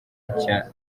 nshya